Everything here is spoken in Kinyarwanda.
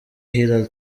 hillary